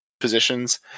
positions